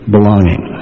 Belonging